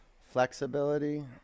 flexibility